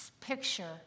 picture